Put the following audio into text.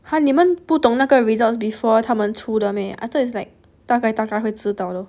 !huh! 你们不懂那个 results before 他们出的 meh I thought is like 大概大概会知道了